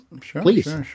please